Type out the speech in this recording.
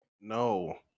No